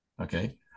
Okay